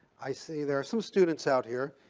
i see there are some students out here,